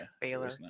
Baylor